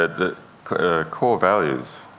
the core values